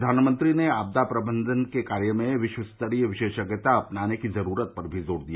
प्रघानमंत्री ने आपदा प्रबंधन के कार्य में विश्व स्तरीय विशेषज्ञता अपनाने की जरूरत पर भी जोर दिया